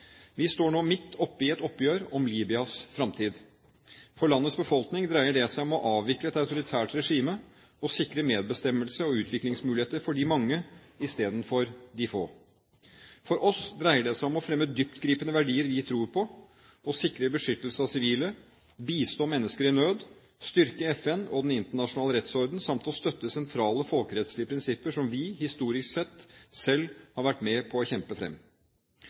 Vi står nå midt oppe i et oppgjør om Libyas fremtid. For landets befolkning dreier det seg om å avvikle et autoritært regime og sikre medbestemmelse og utviklingsmuligheter for de mange i stedet for de få. For oss dreier det seg om å fremme dyptgripende verdier vi tror på – å sikre beskyttelse av sivile, å bistå mennesker i nød, å styrke FN og den internasjonale rettsordenen samt å støtte sentrale folkerettslige prinsipper som vi, historisk sett, selv har vært med på å kjempe